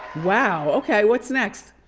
wow, okay, what's next?